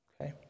Okay